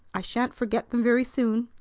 i shan't forget them very soon.